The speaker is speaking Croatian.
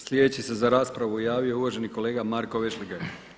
Sljedeći se za raspravu javio uvaženi kolega Marko VEšligaj.